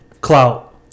clout